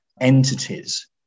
entities